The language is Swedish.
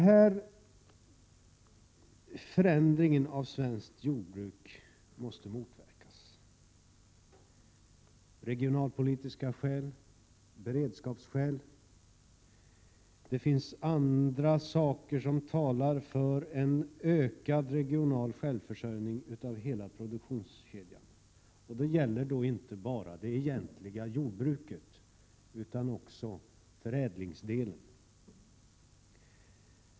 Den förändringen av svenskt jordbruk måste motverkas — av regionalpolitiska skäl och av beredskapsskäl. Det finns andra saker som talar för en ökad regional självförsörjning i hela produktionskedjan, och det gäller då inte bara det egentliga jordbruket utan också förädlingsdelen.